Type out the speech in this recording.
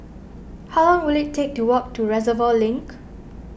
how long will it take to walk to Reservoir Link